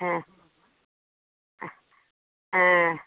হ্যাঁ হ্যাঁ